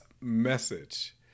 message